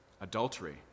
Adultery